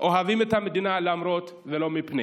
אוהבים את המדינה למרות, ולא מפני.